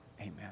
Amen